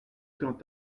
quant